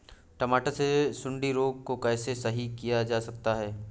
टमाटर से सुंडी रोग को कैसे सही किया जा सकता है?